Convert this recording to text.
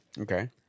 Okay